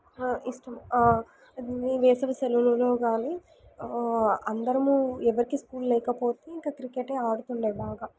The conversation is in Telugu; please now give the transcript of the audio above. ఇష్టం వేసవి సెలవులలో కానీ అందరమూ ఎవరికీ స్కూల్ లేకపోతే ఇంకా క్రికెట్టే ఆడుతుండే బాగా